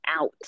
out